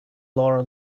laura